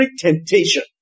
temptation